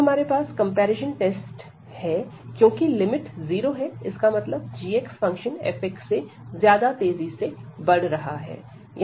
अब हमारे पास कंपैरिजन टेस्ट है क्योंकि लिमिट 0 है इसका मतलब g फंक्शन f से ज्यादा तेजी से बढ़ रहा है